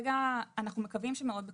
אנחנו מקווים שמאוד בקרוב,